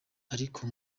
ariko